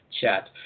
chat